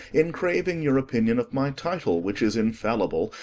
in crauing your opinion of my title, which is infallible,